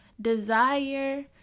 desire